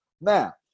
now